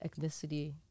ethnicity